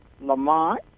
Lamont